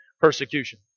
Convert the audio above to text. persecution